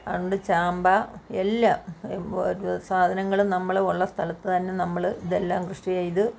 അതു കൊണ്ട് ചാമ്പ എല്ലാം ഇപ്പോൾ ഒരു സാധനങ്ങളും നമ്മൾ ഉള്ള സ്ഥലത്തു തന്നെ നമ്മൾ ഇതെല്ലാം കൃഷി ചെയ്തു